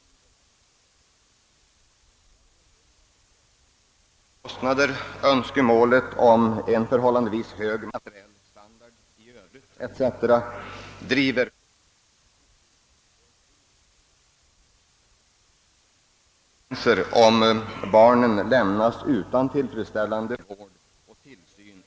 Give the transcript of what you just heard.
Bosättningskostnader, öniskemålet om en förhållandevis hög materiell standard i övrigt etc. driver på denna strävan. Det kan då bli mycket tråkiga konsekvenser, om barnen lämnas utan tillfredsställande vård och tillsyn.